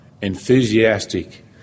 enthusiastic